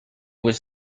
was